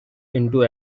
into